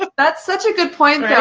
but that's such a good point.